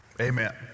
Amen